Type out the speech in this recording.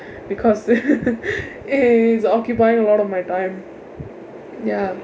because is occupying a lot of my time ya